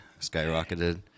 skyrocketed